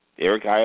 Eric